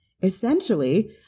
Essentially